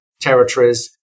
territories